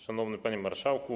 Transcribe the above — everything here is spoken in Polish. Szanowny Panie Marszałku!